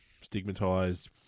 stigmatized